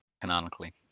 Canonically